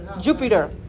Jupiter